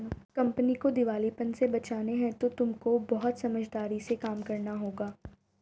company को दिवालेपन से बचाने हेतु तुमको बहुत समझदारी से काम करना होगा